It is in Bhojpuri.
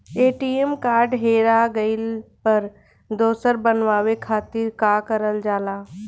ए.टी.एम कार्ड हेरा गइल पर दोसर बनवावे खातिर का करल जाला?